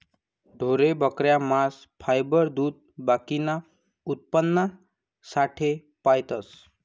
ढोरे, बकऱ्या, मांस, फायबर, दूध बाकीना उत्पन्नासाठे पायतस